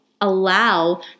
allow